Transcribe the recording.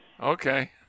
Okay